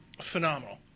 Phenomenal